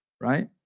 right